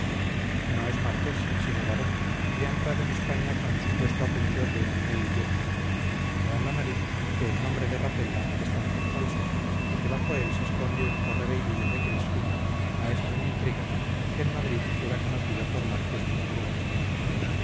no es marqués sino barón y ha entrado en españa con el supuesto apellido de neuillet me da en la nariz que el nombre de rapella es también falso y que bajo él se esconde un correveidile de cristina maestro en intrigas que en madrid era conocido por marqués de lagrua